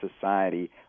society